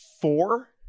four